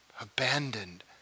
abandoned